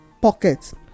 pockets